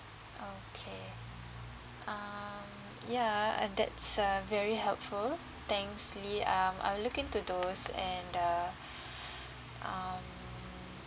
okay um yeah and that's uh very helpful thanks lily um I'll look into those and uh um